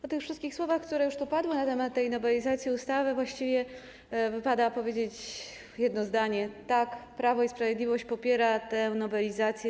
Po tych wszystkich słowach, które już tu padły na temat nowelizacji tej ustawy, właściwie wypada powiedzieć jedno zdanie: tak, Prawo i Sprawiedliwość popiera tę nowelizację.